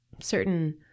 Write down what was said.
certain